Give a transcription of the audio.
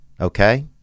okay